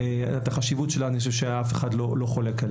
אף אחד לא חולק.